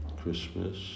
Christmas